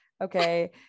okay